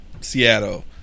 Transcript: Seattle